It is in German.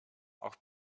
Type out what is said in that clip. auch